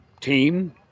team